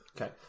Okay